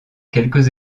quelques